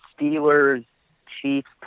Steelers-Chiefs